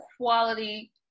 quality